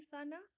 Sana